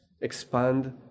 expand